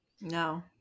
no